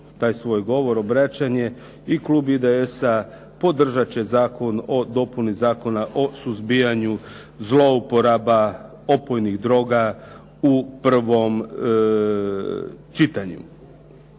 taj svoj govor, obraćanje. I klub IDS-a podržat će Zakon o dopuni Zakona o suzbijanju zlouporaba opojnih droga u prvom čitanju.